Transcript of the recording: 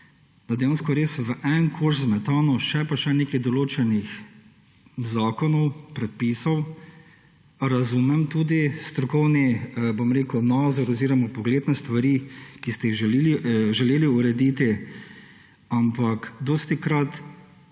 v en koš zmetano še pa še nekih določenih zakonov, predpisov. Razumom tudi strokovni nazor oziroma pogled na stvari, ki ste jih želeli urediti, ampak dostikrat